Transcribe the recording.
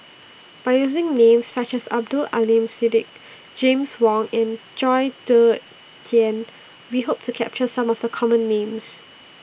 By using Names such as Abdul Aleem Siddique James Wong and Chong Tze Chien We Hope to capture Some of The Common Names